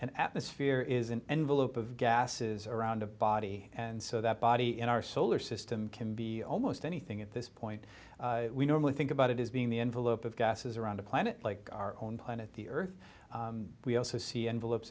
an atmosphere is an envelope of gases around a body and so that body in our solar system can be almost anything at this point we normally think about it is being the envelope of gases around a planet like our own planet the earth we also see envelopes